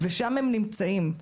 ושם הם נמצאים.